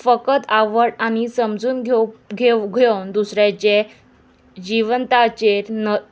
फकत आवड आनी समजून घेव घेवन दुसऱ्याचे जिवंताचेर न